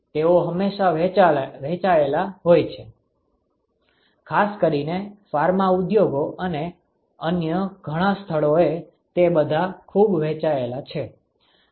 તેઓ હંમેશાં વહેંચાયેલા હોય છે ખાસ કરીને ફાર્મા ઉદ્યોગો અને અન્ય ઘણા સ્થળોએ તે બધા ખૂબ વહેંચાયેલા છે